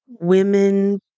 women